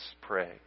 pray